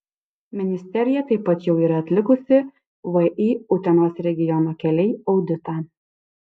ministerija taip pat jau yra atlikusi vį utenos regiono keliai auditą